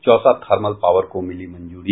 Chausa thermal power को मिली मंजूरी